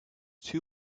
two